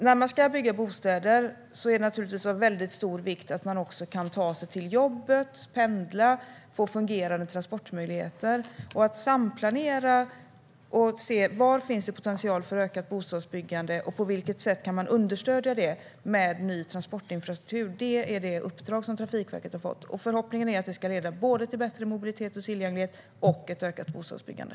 När man ska bygga bostäder är det naturligtvis av stor vikt att människor kan ta sig till jobbet och pendla. Fungerande transportmöjligheter, en samplanering för att se var det finns potential för ökat bostadsbyggande och på vilket sätt man kan understödja det med ny transportinfrastruktur är det uppdrag som Trafikverket har fått. Förhoppningen är att det ska leda till både bättre mobilitet och tillgänglighet och ett ökat bostadsbyggande.